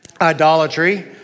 idolatry